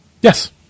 Yes